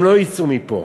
הם לא יצאו מפה,